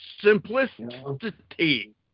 Simplicity